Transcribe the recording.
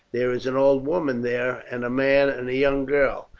there is an old woman there and a man and a young girl.